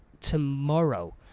tomorrow